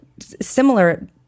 similar